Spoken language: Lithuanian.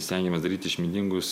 stengiamės daryti išmintingus